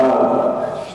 בעד, 12,